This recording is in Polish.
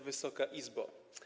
Wysoka Izbo!